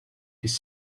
his